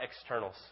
externals